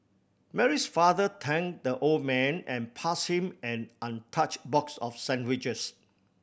Mary's father thanked the old man and pass him an untouched box of sandwiches